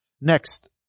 Next